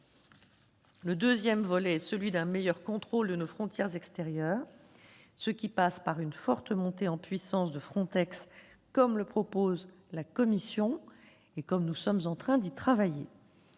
Le deuxième volet est un meilleur contrôle de nos frontières extérieures, ce qui passe par une forte montée en puissance de FRONTEX, comme le propose la Commission européenne et comme nous sommes en train d'y travailler.